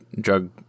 drug